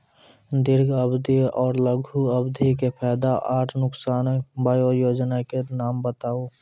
दीर्घ अवधि आर लघु अवधि के फायदा आर नुकसान? वयोजना के नाम बताऊ?